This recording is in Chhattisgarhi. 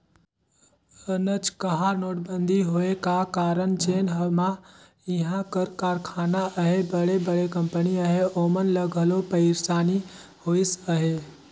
अनचकहा नोटबंदी होए का कारन जेन हमा इहां कर कारखाना अहें बड़े बड़े कंपनी अहें ओमन ल घलो पइरसानी होइस अहे